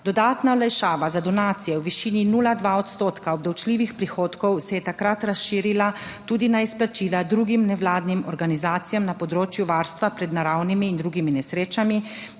Dodatna olajšava za donacije v višini 0,2 odstotka obdavčljivih prihodkov se je takrat razširila tudi na izplačila drugim nevladnim organizacijam na področju varstva pred naravnimi in drugimi nesrečami,